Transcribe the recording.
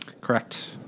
correct